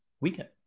weekend